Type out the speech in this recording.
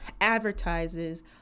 advertises